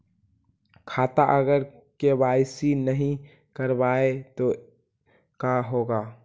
खाता अगर के.वाई.सी नही करबाए तो का होगा?